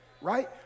right